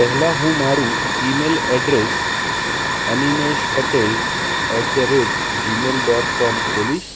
પહેલાં હું મારું email address Animesh Patel at the rate Gmail dot com ખોલીશ